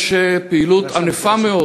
יש פעילות ענפה מאוד